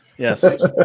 Yes